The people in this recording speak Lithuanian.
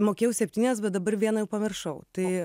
mokėjau septynias bet dabar vieną jau pamiršau tai